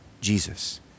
Jesus